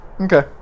Okay